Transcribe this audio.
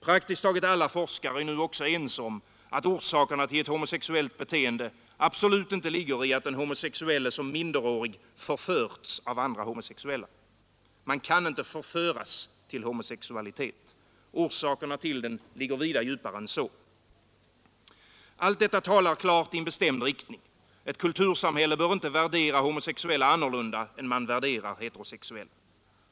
Praktiskt taget alla forskare är nu också ense om att orsakerna till ett homosexuellt beteende absolut inte ligger i att den homosexuelle som minderårig ”förförts” av andra homosexuella. Man kan inte ”förföras” till homosexualitet. Orsakerna till den ligger vida djupare än så. Allt detta talar klart i en bestämd riktning: ett kultursamhälle bör inte värdera homosexuella annorlunda än man värderar heterosexuella.